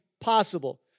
possible